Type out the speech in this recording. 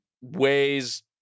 ways